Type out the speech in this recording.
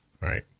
right